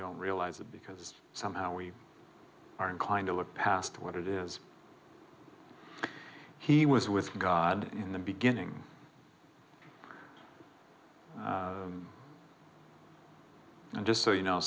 don't realize it because somehow we are inclined to look past what it is he was with god in the beginning just so you know